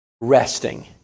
resting